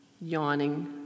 yawning